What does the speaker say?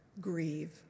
grieve